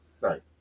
Right